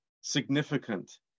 significant